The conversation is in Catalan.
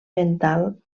mental